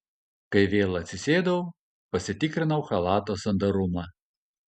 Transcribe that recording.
kai vėl atsisėdau pasitikrinau chalato sandarumą